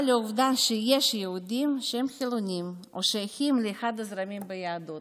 אבל עובדה שיש יהודים שהם חילונים או שייכים לאחד הזרמים ביהדות,